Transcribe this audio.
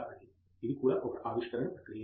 ఇది కూడా ఒక ఆవిష్కరణ ప్రక్రియే